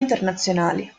internazionali